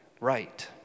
right